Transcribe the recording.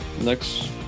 next